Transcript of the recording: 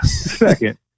Second